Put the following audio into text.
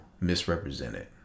misrepresented